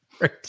Right